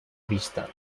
vista